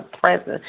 presence